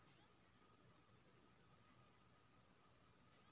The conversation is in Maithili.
लहसुन के कमाबै के लेल आधुनिक औजार के कि कहल जाय छै?